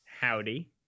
Howdy